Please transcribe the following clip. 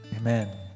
Amen